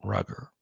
Rugger